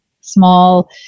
small